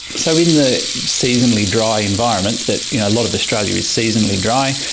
so in the seasonally dry environments that you know a lot of australia is seasonally dry,